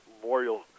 Memorial